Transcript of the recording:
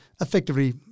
effectively